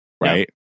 Right